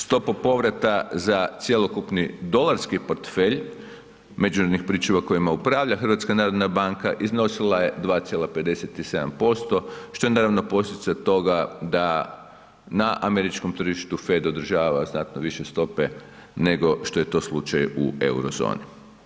Stopu povrata za cjelokupni dolarski portfelj međunarodnih pričuva kojima upravlja HNB iznosila je 2,57% što je naravno posljedica toga da na američkom tržištu … [[Govornik se ne razumije]] održava znatno više stope nego što je to slučaj u Eurozoni.